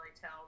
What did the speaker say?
tell